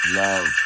love